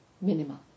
minimal